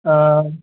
हां